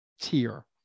Tier